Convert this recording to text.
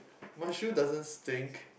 my shoe doesn't stink